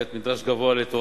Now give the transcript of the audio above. בבקשה, בבקשה.